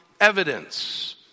evidence